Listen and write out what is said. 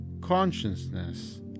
consciousness